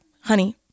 honey